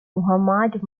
muhammad